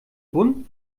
bunt